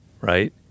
right